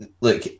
Look